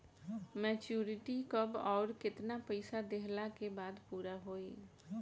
Maturity कब आउर केतना पईसा देहला के बाद पूरा होई?